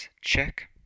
check